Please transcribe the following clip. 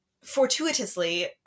fortuitously